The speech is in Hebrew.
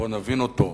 בוא נבין אותו.